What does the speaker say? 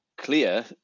clear